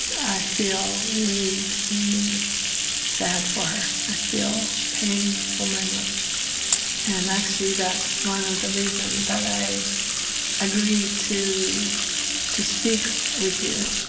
i feel we re sad for her. i feel pain for my mother and actually, that's one of the reasons that i agree too to speak with you,